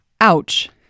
Ouch